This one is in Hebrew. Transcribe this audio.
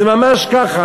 זה ממש ככה.